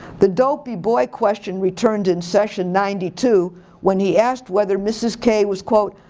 the dopey boy question returned in session ninety two when he asked whether mrs. k was quote,